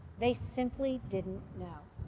they simply didn't know.